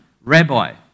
rabbi